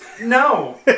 No